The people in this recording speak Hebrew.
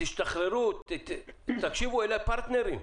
תשתחררו, אלה הפרטנרים,